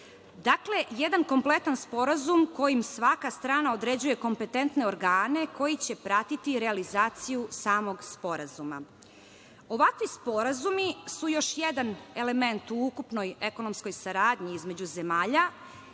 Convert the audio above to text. Dakle, jedan kompletan sporazum kojim svaka strana određuje kompetentne organe koji će pratiti realizaciju samog sporazuma. Ovakvi sporazumi su još jedan element u ukupnoj ekonomskoj saradnji između zemalja